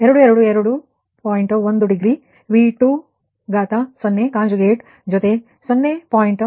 1 degree V20 conjugate ಜೊತೆಗೆ 0